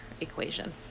equation